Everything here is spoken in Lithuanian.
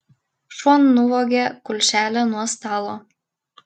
šuo nuvogė kulšelę nuo stalo